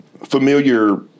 familiar